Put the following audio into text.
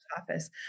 office